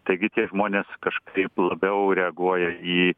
taigi tie žmonės kažkaip labiau reaguoja į